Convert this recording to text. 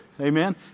Amen